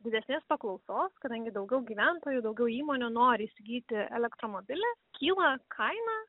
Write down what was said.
didesnės paklausos kadangi daugiau gyventojų daugiau įmonių nori įsigyti elektromobilį kyla kaina